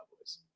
Cowboys